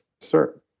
sir